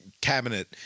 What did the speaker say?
cabinet